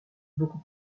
beaucoup